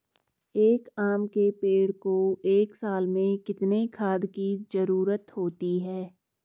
एक आम के पेड़ को एक साल में कितने खाद की जरूरत होती है?